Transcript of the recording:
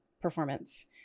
performance